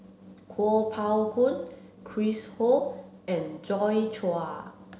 Kuo Pao Kun Chris Ho and Joi Chua